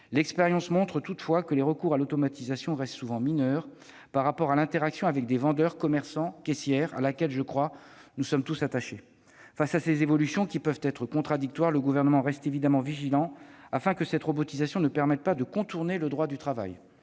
L'expérience montre toutefois que la part du recours à l'automatisation reste souvent mineure par rapport à celle de l'interaction avec des vendeurs, commerçants et caissières, à laquelle, je le crois, nous sommes tous attachés. Face à ces évolutions qui peuvent être contradictoires, le Gouvernement veille évidemment à ce que la robotisation ne permette pas de contourner le droit du travail.